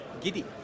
giddy